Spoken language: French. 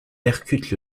percute